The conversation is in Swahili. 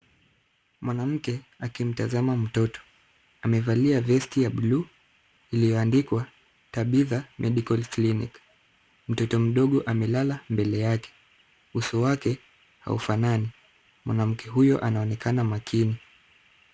Mwanamke akimtazama mtoto ,amevalia vesti ya bluu iliyoandikwa Tabitha Medical clinic , mtoto mdogo amelala mbele yake ,uso wake haufanani , mwanamke huyo anaonekana makini.